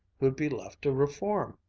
who'd be left to reform?